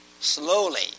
slowly